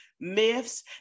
Myths